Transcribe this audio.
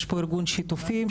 יש פה ארגון שיתופים.